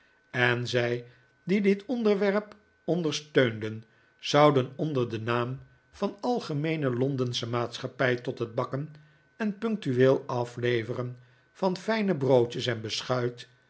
en zij die dit ontwerp ondersteunden zouden onder den naam van algemeene londensche maatschappij tot het bakken en punctueel afleveren van fijne broodjes en beschuit